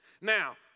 Now